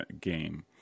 game